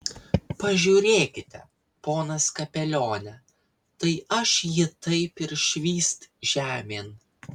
pažiūrėkite ponas kapelione tai aš jį taip ir švyst žemėn